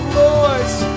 lords